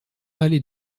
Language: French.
allée